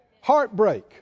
Heartbreak